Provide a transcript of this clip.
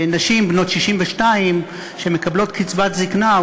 ונשים בנות 62 שמקבלות קצבת זיקנה,